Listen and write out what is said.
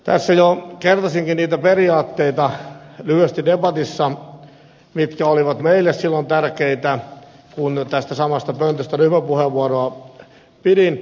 tässä jo kertasinkin niitä periaatteita lyhyesti debatissa mitkä olivat meille silloin tärkeitä kun tästä samasta pöntöstä ryhmäpuheenvuoroa käytin